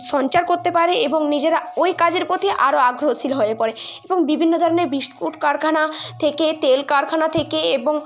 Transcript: সঞ্চয় করতে পারে এবং নিজেরা ওই কাজের প্রতি আরো আগ্রহশীল হয়ে পড়ে এবং বিভিন্ন ধরনের বিস্কুট কারখানা থেকে তেল কারখানা থেকে এবং